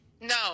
No